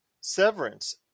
Severance